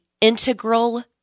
integral